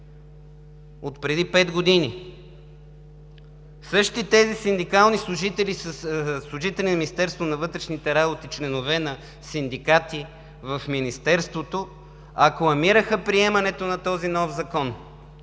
отпреди пет години. Същите тези синдикални служители на Министерството на вътрешните работи – членове на синдикати в Министерството, акламираха приемането на този нов закон.